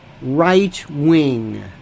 right-wing